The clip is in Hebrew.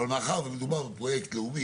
אבל מאחר שמדובר בפרויקט לאומי,